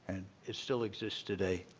and it still exists today.